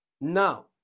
Now